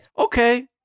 Okay